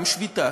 גם שביתה,